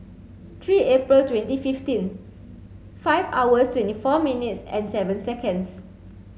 three April twenty fifteen five hours twenty four minutes and seven seconds